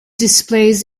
displays